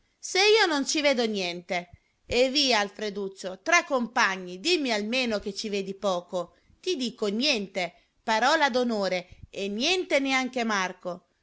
se io non ci vedo niente eh via alfreduccio tra compagni dimmi almeno che ci vedi poco ti dico niente parola d'onore e niente neanche marco